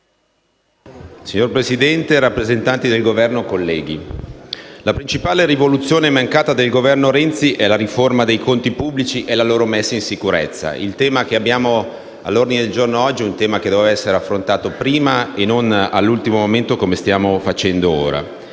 Signor Presidente, rappresentanti del Governo, colleghi, la principale rivoluzione mancata del Governo Renzi è la riforma dei conti pubblici e la loro messa in sicurezza. Il tema che è oggi all'ordine del giorno doveva essere affrontato prima e non all'ultimo momento, come sta accadendo.